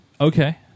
Okay